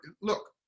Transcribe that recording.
look